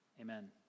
amen